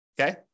Okay